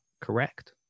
correct